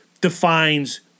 defines